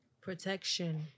Protection